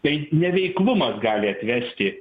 tai neveiklumas gali atvesti